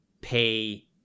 pay